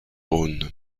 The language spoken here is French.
rhône